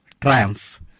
triumph